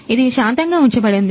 ఇది శాతంగా ఉంచబడింది